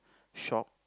shop